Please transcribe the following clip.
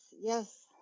yes